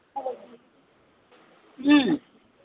ꯎꯝ